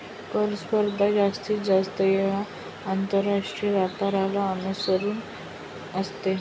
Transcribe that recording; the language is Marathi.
कर स्पर्धा जास्तीत जास्त वेळा आंतरराष्ट्रीय व्यापाराला अनुकूल असते